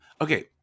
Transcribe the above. Okay